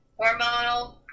hormonal